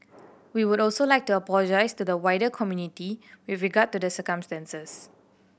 we would also like to apologise to the wider community with regard to the circumstances